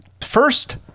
first